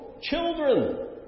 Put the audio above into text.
Children